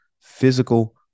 physical